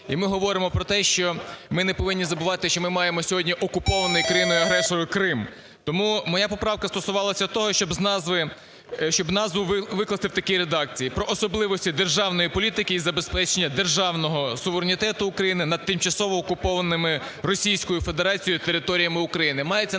І ми говоримо про те, що ми не повинні забувати, що ми маємо сьогодні окупований країною-агресором Крим. Тому моя поправка стосувалася того, щоб назву викласти в такій редакції: про особливості державної політики і забезпечення державного суверенітету України над тимчасово окупованими Російською Федерацією територіями України.